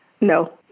No